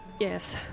Yes